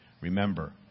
remember